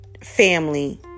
family